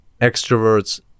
extroverts